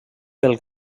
del